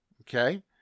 okay